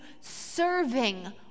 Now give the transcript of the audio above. serving